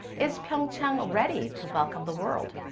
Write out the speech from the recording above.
is pyeongchang ready to welcome the world?